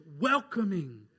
welcoming